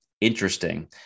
interesting